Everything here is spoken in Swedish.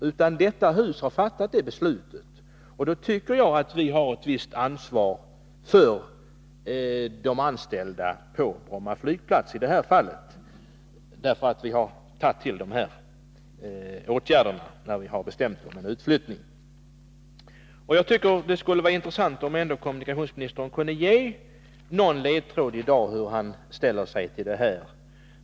Riksdagen har fattat det beslutet. Då tycker jag att vi har ett visst ansvar för de anställda på Bromma flygplats. Det skulle våra intressant om kommunikationsministern i dag ändå kunde ge någon ledtråd till hur han ställer sig till denna fråga.